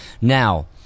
Now